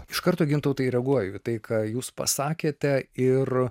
iš karto gintautai reaguoju į tai ką jūs pasakėte ir